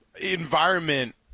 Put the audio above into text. environment